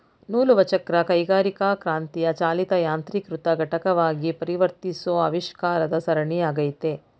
ನೂಲುವಚಕ್ರ ಕೈಗಾರಿಕಾಕ್ರಾಂತಿಯ ಚಾಲಿತ ಯಾಂತ್ರೀಕೃತ ಘಟಕವಾಗಿ ಪರಿವರ್ತಿಸೋ ಆವಿಷ್ಕಾರದ ಸರಣಿ ಆಗೈತೆ